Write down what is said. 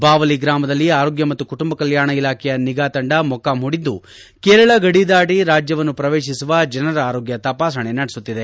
ಬಾವಲಿ ಗ್ರಾಮದಲ್ಲಿ ಆರೋಗ್ಯ ಮತ್ತು ಕುಟುಂಬ ಕಲ್ಕಾಣ ಇಲಾಖೆಯ ನಿಗಾ ತಂಡ ಮೊಕ್ಕಾಂ ಹೂಡಿದ್ದು ಕೇರಳ ಗಡಿದಾಟ ರಾಜ್ಞವನ್ನು ಪ್ರವೇಶಿಸುವ ಜನರ ಆರೋಗ್ಯ ತಪಾಸಣೆ ನಡೆಸುತ್ತಿದೆ